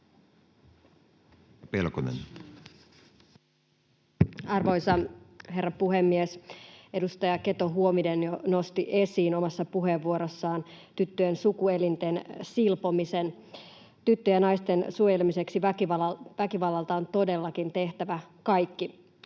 Arvoisa herra puhemies! Edustaja Keto-Huovinen jo nosti esiin omassa puheenvuorossaan tyttöjen sukuelinten silpomisen. Tyttöjen ja naisten suojelemiseksi väkivallalta on todellakin tehtävä kaikki